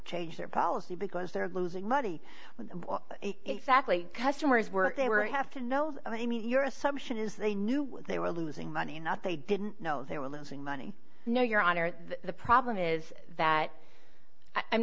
change their policy because they're losing money when exactly customers were they were you have to know i mean your assumption is they knew they were losing money not they didn't know they were losing money no your honor the problem is that i'm